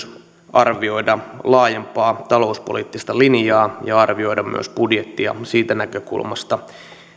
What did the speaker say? arvioida myös laajempaa talouspoliittista linjaa ja arvioida budjettia myös siitä näkökulmasta